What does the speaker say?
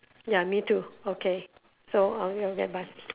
ya me too okay so okay okay bye